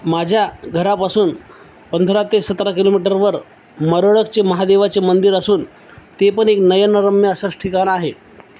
माझ्या घरापासून पंधरा ते सतरा किलोमीटरवर मरोळकचे महादेवाचे मंदिर असून ते पण एक नयनरम्य असंच ठिकाण आहे